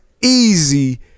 easy